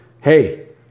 hey